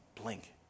blink